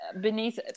Beneath